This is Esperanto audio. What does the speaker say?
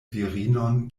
virinon